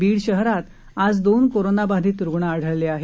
बीड शहरात आज दोन कोरोनाबाधित रूग्ण आढळले आहेत